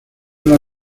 una